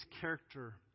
character